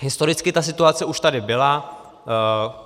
Historicky ta situace už tady byla.